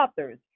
authors